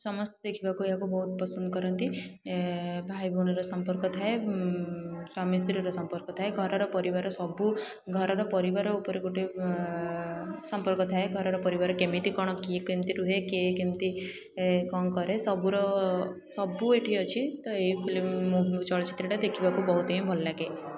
ସମସ୍ତେ ଦେଖିବାକୁ ଏହାକୁ ବହୁତ ପସନ୍ଦ କରନ୍ତି ଭାଇ ଭଉଣୀର ସମ୍ପର୍କ ଥାଏ ସ୍ୱାମୀ ସ୍ତ୍ରୀର ସମ୍ପର୍କ ଥାଏ ଘରର ପରିବାର ସବୁ ଘରର ପରିବାର ଉପରେ ଗୋଟେ ସମ୍ପର୍କ ଥାଏ ଘରର ପରିବାର କେମିତି କ'ଣ କିଏ କେମିତି ରୁହେ କିଏ କେମିତି କ'ଣ କରେ ସବୁର ସବୁ ଏଠି ଅଛି ତ ଏଇ ଫିଲମ୍ ମୁଁ ଚଳଚ୍ଚିତ୍ରଟା ଦେଖିବାକୁ ବହୁତ ହିଁ ଭଲ ଲାଗେ